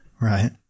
right